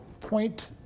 point